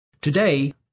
Today